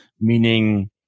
meaning